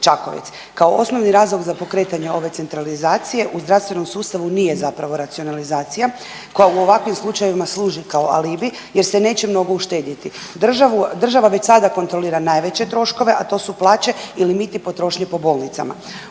Kao osnovni razlog za pokretanje ove centralizacije u zdravstvenom sustavu nije zapravo racionalizacija koja u ovakvim slučajevima služi kao alibi jer se neće mnogo uštedjeti. Država već sada kontrolira najveće troškove, a to su plaće i limiti potrošnje po bolnicama.